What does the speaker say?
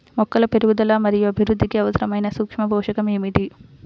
మొక్కల పెరుగుదల మరియు అభివృద్ధికి అవసరమైన సూక్ష్మ పోషకం ఏమిటి?